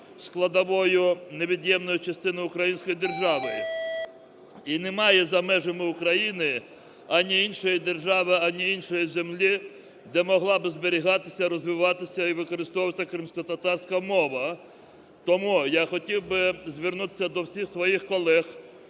складовою невід'ємною частиною української держави. І немає за межами України ані іншої держави, ані іншої землі, де могла б зберігатися, розвиватися і використовуватися кримськотатарська мова. Тому я хотів би звернутися до всіх своїх колег,